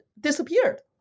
disappeared